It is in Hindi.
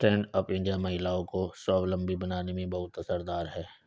स्टैण्ड अप इंडिया महिलाओं को स्वावलम्बी बनाने में बहुत असरदार है